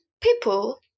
people